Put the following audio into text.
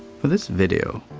for this video,